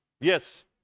Yes